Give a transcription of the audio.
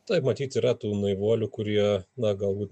taip matyt yra tų naivuolių kurie na galbūt